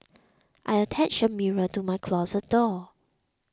I attached a mirror to my closet door